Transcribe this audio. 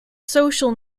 social